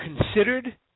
considered